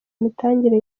imitangire